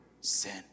sin